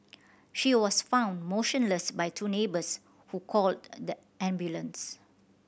she was found motionless by two neighbours who called the ambulance